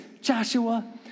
Joshua